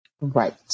right